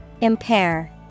Impair